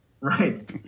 Right